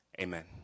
Amen